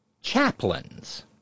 chaplains